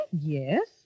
Yes